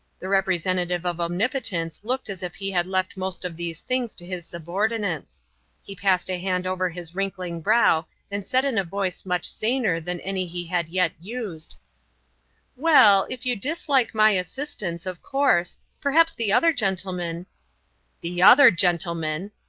the representative of omnipotence looked as if he had left most of these things to his subordinates he passed a hand over his wrinkling brow and said in a voice much saner than any he had yet used well, if you dislike my assistance, of course perhaps the other gentleman the other gentleman,